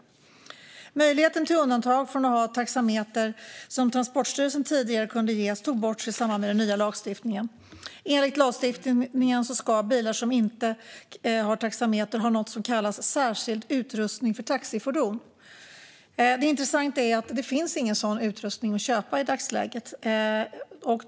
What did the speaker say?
Den möjlighet till undantag från att ha taxameter som Transportstyrelsen tidigare kunde ge togs bort i samband med den nya lagstiftningen. Enligt lagstiftningen ska bilar som inte har taxameter ha något som kallas särskild utrustning för taxifordon. Det intressanta är att det inte finns någon sådan utrustning att köpa i dagsläget.